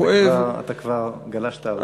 אתה כבר גלשת הרבה,